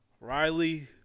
Riley